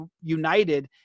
united